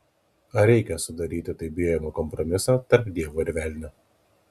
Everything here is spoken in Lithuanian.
ar reikia sudaryti taip bijomą kompromisą tarp dievo ir velnio